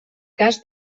cas